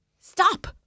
Stop